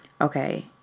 okay